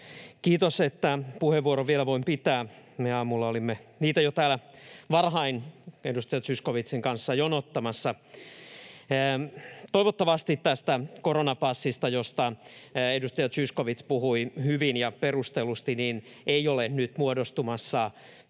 Kiitos, että vielä voin pitää puheenvuoron. Me aamulla olimme niitä täällä jo varhain edustaja Zyskowiczin kanssa jonottamassa. Toivottavasti tästä koronapassista, josta edustaja Zyskowicz puhui hyvin ja perustellusti, ei ole nyt muodostumassa